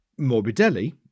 Morbidelli